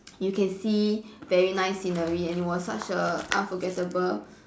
you can see very nice scenery and it was such a unforgettable